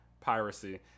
piracy